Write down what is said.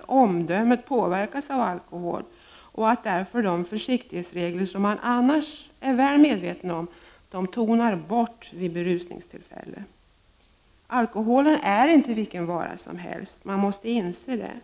Omdömet påverkas av alkohol, och de försiktighetsregler man annars är väl medveten om tonar bort vid ett berusningstillfälle. Jag upprepar: alkoholen är inte vilken vara som helst, man måste inse det.